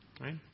right